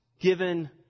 given